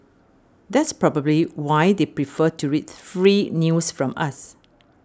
that's probably why they prefer to read free news from us